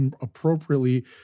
appropriately